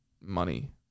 money